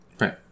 Right